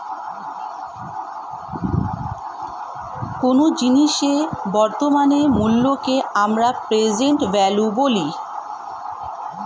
কোনো জিনিসের বর্তমান মূল্যকে আমরা প্রেসেন্ট ভ্যালু বলি